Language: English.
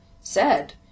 Said